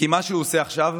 כי במה שהוא עושה עכשיו,